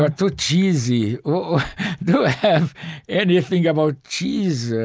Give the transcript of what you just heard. but too cheesy? do i have anything about cheese?